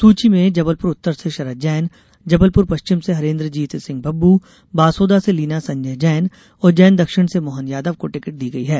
सूची में जबलपुर उत्तर से शरद जैन जबलपुर पश्चिम से हरेन्द्रजीत सिंह बब्बू बासोदा से लीना संजय जैन उज्जैन दक्षिण से मोहन यादव को टिकट दी गई है